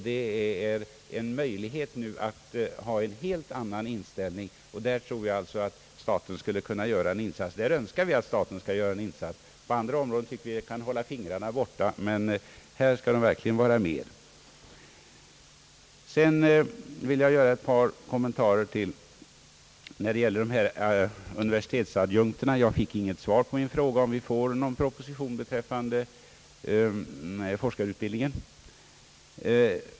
Det bör vara möjligt att få en helt annan inställning på den sektorn, och jag tror att staten skulle kunna göra en insats i det fallet — här önskar vi att staten skall göra något, på andra områden tycker vi ju att staten kan hålla fingrarna borta. Sedan vill jag göra ett par kommentarer beträffande universitetsadjunkterna. Det kom inget svar på min fråga, om vi får en proposition beträffande forskarutbildningen.